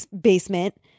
basement